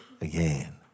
again